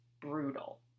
brutal